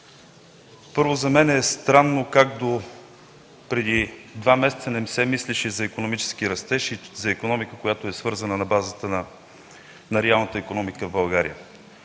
Първо, за мен е странно как допреди два месеца не се мислеше за икономически растеж и за икономика, която е свързана на базата на реалната икономика в България.